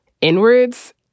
inwards